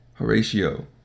Horatio